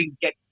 get